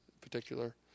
particular